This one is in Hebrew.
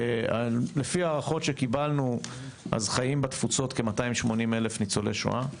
לפי ההערכות שקיבלנו חיים בתפוצות כ-280,000 ניצולי שואה,